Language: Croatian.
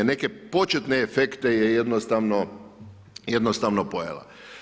Neke početne efekte je jednostavno pojela.